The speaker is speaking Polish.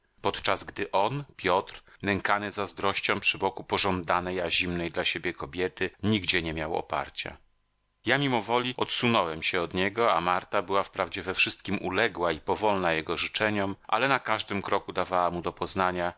podczas gdy on piotr nękany zazdrością przy boku pożądanej a zimnej dla siebie kobiety nigdzie nie miał oparcia ja mimowoli odsunąłem się od niego a marta była wprawdzie we wszystkiem uległa i powolna jego życzeniom ale na każdym kroku dawała mu do poznania